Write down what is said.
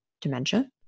dementia